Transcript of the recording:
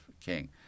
king